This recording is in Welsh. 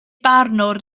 barnwr